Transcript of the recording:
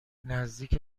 نزدیک